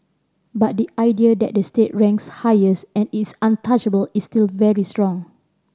but the idea that the state ranks highest and is untouchable is still very strong